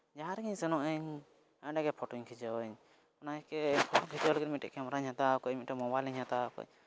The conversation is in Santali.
ᱡᱟᱦᱟᱸ ᱨᱮᱜᱮᱧ ᱥᱮᱱᱚᱜᱼᱟᱹᱧ ᱚᱸᱰᱮᱜᱮ ᱯᱷᱚᱴᱳᱧ ᱠᱷᱤᱪᱟᱹᱣᱟᱹᱧ ᱚᱱᱟ ᱯᱷᱚᱴᱚ ᱠᱷᱤᱪᱟᱹᱣ ᱞᱟᱹᱜᱤᱫ ᱢᱤᱫᱴᱮᱱ ᱠᱮᱢᱮᱨᱟᱧ ᱦᱟᱛᱟᱣ ᱟᱠᱟᱫᱟᱹᱧ ᱢᱤᱫᱴᱮᱱ ᱢᱳᱵᱟᱭᱤᱞᱤᱧ ᱦᱟᱛᱟᱣ ᱟᱠᱟᱫᱟᱹᱧ